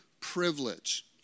privilege